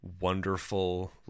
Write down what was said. wonderful